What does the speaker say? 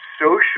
social